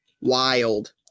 wild